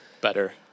better